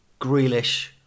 Grealish